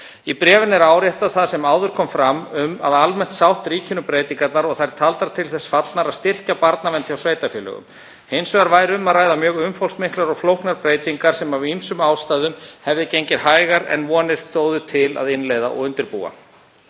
Í bréfinu er áréttað það sem áður kom fram um að almenn sátt ríkir um breytingarnar og þær taldar til þess fallnar að styrkja barnavernd hjá sveitarfélögum. Hins vegar væri um að ræða mjög umfangsmiklar og flóknar breytingar sem af ýmsum ástæðum hefði gengið hægar en vonir stóðu til að innleiða og undirbúa.